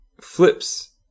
flips